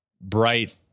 bright